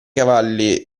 cavalli